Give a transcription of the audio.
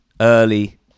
early